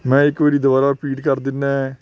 ਮੈਂ ਇੱਕ ਵਾਰ ਦੁਬਾਰਾ ਰਿਪੀਟ ਕਰ ਦਿੰਦਾਂ